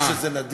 תדע לך שזה נדיר.